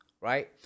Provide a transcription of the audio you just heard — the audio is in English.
right